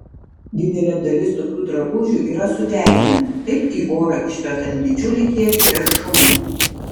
didelė dalis tokių drabužių yra sudeginami taip į orą išmetant didžiulį kiekį teršalų